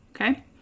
okay